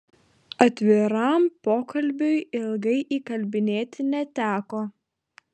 atviram pokalbiui ilgai įkalbinėti neteko